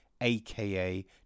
aka